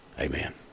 Amen